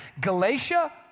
Galatia